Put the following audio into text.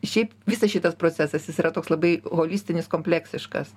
šiaip visas šitas procesas jis yra toks labai holistinis kompleksiškas